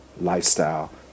lifestyle